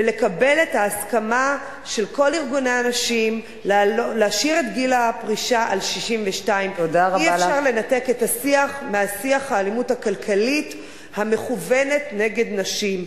ולקבל את ההסכמה של כל ארגוני הנשים להשאיר את גיל הפרישה על 62. אי-אפשר לנתק את השיח משיח האלימות הכלכלית המכוונת נגד נשים.